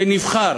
שנבחר